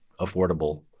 affordable